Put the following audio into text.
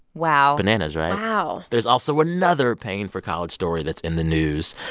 wow bananas, right? wow there's also another paying for college story that's in the news.